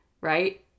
right